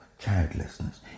childlessness